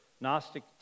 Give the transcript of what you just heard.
Gnostic